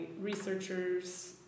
researchers